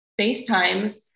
FaceTimes